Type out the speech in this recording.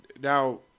now